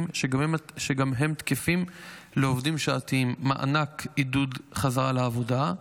שגם הם תקפים לעובדים שעתיים: מענק עידוד חזרה לעבודה,